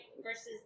versus